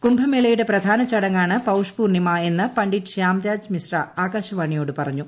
കുംഭമേളയുടെ പ്രധാന ചടങ്ങാണ് പൌഷ് പൂർണ്ണിമ എന്ന് പണ്ഡിറ്റ് ശ്യാം രാജ് മിശ്ര ആകാശവാണിയോട് പറഞ്ഞു